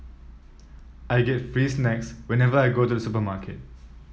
I get free snacks whenever I go to the supermarket